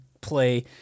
play